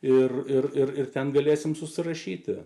ir ir ir ten galėsime susirašyti